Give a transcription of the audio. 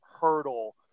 hurdle